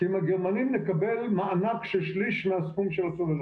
כי עם הגרמנים נקבל מענק של שליש מהסכום של הצוללות.